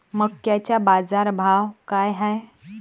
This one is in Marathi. मक्याचा बाजारभाव काय हाय?